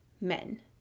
men